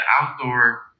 outdoor